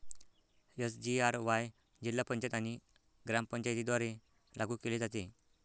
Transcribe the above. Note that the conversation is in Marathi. एस.जी.आर.वाय जिल्हा पंचायत आणि ग्रामपंचायतींद्वारे लागू केले जाते